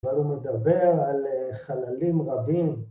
כבר הוא מדבר על חללים רבים.